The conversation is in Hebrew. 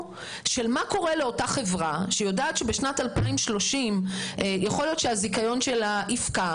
בשאלה מה קורה לחברה שיודעת שבשנת 2030 יכול להיות שהזיכיון שלה יפקע